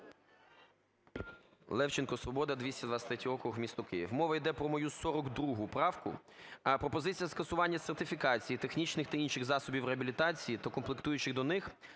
Левченко, "Свобода", 223 округ, місто Київ. Мова йде про мою 42 правку. Пропозиція скасування сертифікації технічних та інших засобів реабілітації та комплектуючих до них,